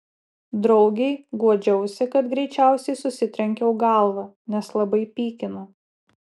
draugei guodžiausi kad greičiausiai susitrenkiau galvą nes labai pykina